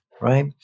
right